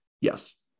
Yes